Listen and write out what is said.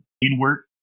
inward